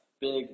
Big